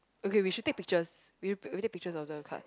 okay we should take pictures we we take pictures of the card